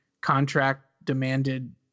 contract-demanded